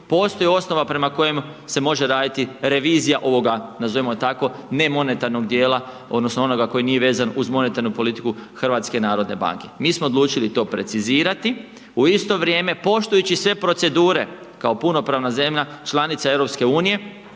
postoji osnova prema kojem se može raditi revizija ovoga, nazovimo tako, nemonetarnog dijela odnosno onoga tko nije vezan uz monetarnu politiku HNB-a. Mi smo odlučili to precizirati, u isto vrijeme poštujući sve procedure kao punopravna zemlja, članica EU,